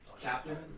Captain